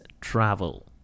travel